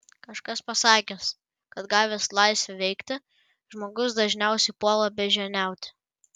kažkas pasakęs kad gavęs laisvę veikti žmogus dažniausiai puola beždžioniauti